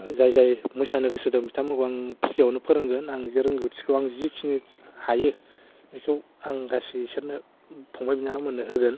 जाय जाय मोसानो गोसो दं बिथांमोनखौ आं पफ्रियावनो फोरोंगोन आंनि जे रोंगौथिखौ आं जेखिनि हायो बेखौ आं गासै बिसोरनो फंबाय बिनानावमोननो होगोन